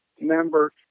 member